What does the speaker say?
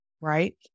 Right